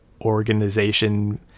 organization